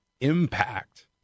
impact